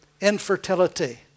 infertility